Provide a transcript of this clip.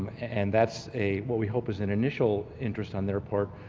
and that's a what we hope is an initial interest on their part,